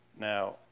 Now